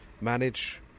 manage